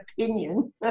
opinion